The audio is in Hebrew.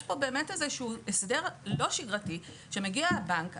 יש פה באמת איזה שהוא הסדר לא שגרתי שמגיע הבנק.